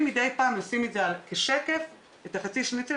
קצת צמצמו